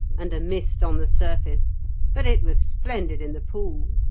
and a mist on the surface but it was splendid in the pool.